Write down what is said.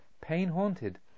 pain-haunted